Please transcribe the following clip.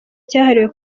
cyahariwe